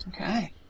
Okay